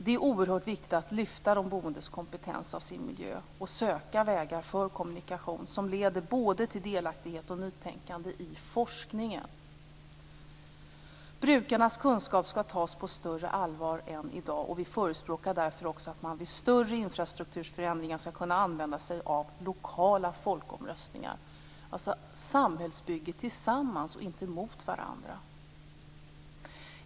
Det är oerhört viktigt att lyfta de boendes kompetens om sin miljö och söka vägar för kommunikation som leder till både delaktighet och nytänkande i forskningen. Brukarnas kunskap skall tas på större allvar än i dag. Vi förespråkar därför också att man vid större infrastrukturförändringar skall kunna använda sig av lokala folkomröstningar. Det skall alltså vara ett samhällsbygge tillsammans och inte mot varandra.